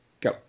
go